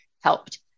helped